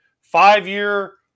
Five-year